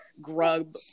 grub